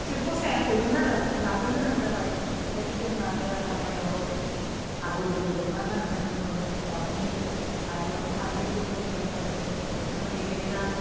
एसे फसायाखैमोन आरो लानो गोनां जाबाय अमफाय बि जोंहा आरो हाबायाव आगर गुबै दख'ना गानो नालाय गोमो गाबनि आरो फालि लोगोसे बायफादों गोथां रेगे रेगां